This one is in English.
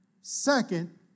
Second